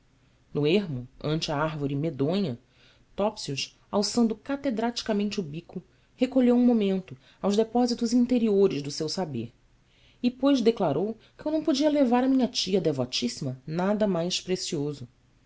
no ermo ante a árvore medonha topsius alçando catedraticamente o bico recolheu um momento aos depósitos interiores do seu saber e depois declarou que eu não podia levar à minha tia devotíssima nada mais precioso